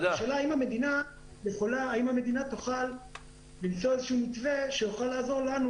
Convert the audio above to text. השאלה האם המדינה תוכל למצוא איזשהו מתווה שיוכל לעזור לנו,